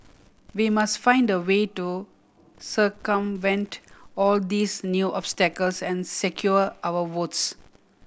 we must find a way to circumvent all these new obstacles and secure our votes